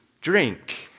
drink